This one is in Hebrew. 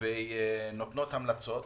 ונותנות המלצות,